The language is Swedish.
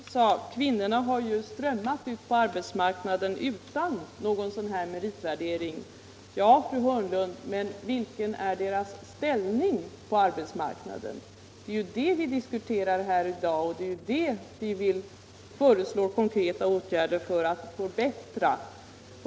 Herr talman! Fru Hörnlund sade aut kvinnorna har strömmat ut på arbetsmarknaden utan någon meritvärdering. Ja, fru Hörnlund, men vilken är deras ställning på arbetsmarknaden? Det är ju den vi diskuterar här i dag, och det är den vi föreslår konkreta åtgärder för en förbättring av.